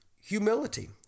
humility